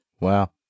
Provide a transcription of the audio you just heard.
Wow